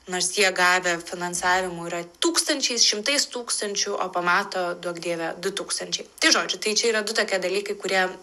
nors jie gavę finansavimų yra tūkstančiais šimtais tūkstančių o pamato duok dieve du tūkstančiai tai žodžiu tai čia yra du tokie dalykai kurie